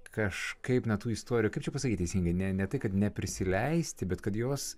kažkaip na tų istorijų kaip čia pasakyti teisingai ne ne tai kad neprisileisti bet kad jos